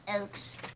Oops